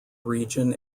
region